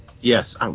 yes